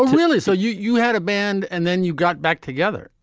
really? so you you had a band and then you got back together?